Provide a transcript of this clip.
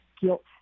guilt